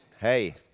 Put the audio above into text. Hey